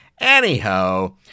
Anyhow